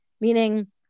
meaning